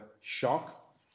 shock